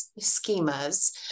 schemas